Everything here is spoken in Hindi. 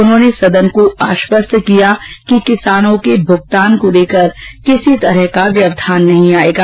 उनहोंने सदन को आश्वस्त किया कि किसानों के भुगतान को लेकर किसी प्रकार का व्यवधान नहीं आयेगा